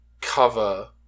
cover